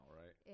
right